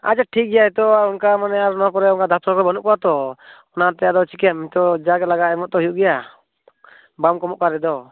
ᱟᱪᱪᱷᱟ ᱴᱷᱤᱠ ᱜᱮᱭᱟ ᱱᱤᱛᱳᱜ ᱚᱱᱠᱟ ᱢᱟᱱᱮ ᱱᱚᱣᱟ ᱠᱚᱨᱮ ᱰᱟᱠᱛᱚᱨ ᱠᱚ ᱵᱟᱹᱱᱩᱜ ᱠᱚᱣᱟ ᱛᱳ ᱚᱱᱟᱛᱮ ᱟᱫᱚ ᱪᱤᱠᱟᱹᱭᱟᱢ ᱱᱤᱛᱳᱜ ᱡᱟᱜᱮ ᱞᱟᱜᱟᱜᱼᱟ ᱮᱢᱳᱜ ᱛᱳ ᱦᱩᱭᱩᱜ ᱜᱮᱭᱟ ᱵᱟᱢ ᱠᱚᱢᱚᱜ ᱠᱟᱱ ᱨᱮᱫᱚ